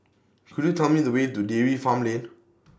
Could YOU Tell Me The Way to Dairy Farm Lane